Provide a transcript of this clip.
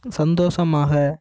சந்தோஷமாக